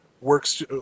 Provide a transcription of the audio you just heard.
works